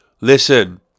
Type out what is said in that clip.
listen